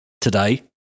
today